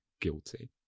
guilty